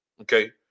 Okay